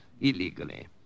illegally